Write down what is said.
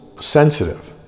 sensitive